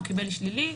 הוא קיבל שלילי,